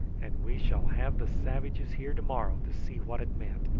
and we shall have the savages here to-morrow to see what it meant.